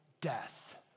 death